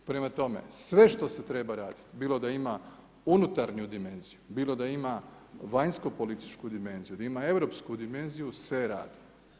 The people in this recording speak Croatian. Prema tome, sve što se treba raditi bilo da ima unutarnju dimenziju, bilo da ima vanjskopolitičku dimenziju, da ima europsku dimenziju se radi.